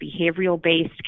behavioral-based